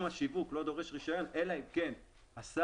השיווק לא דורש רישיון אלא אם כן השר,